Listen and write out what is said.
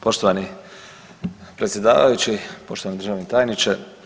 Poštovani predsjedavajući, poštovani državni tajniče.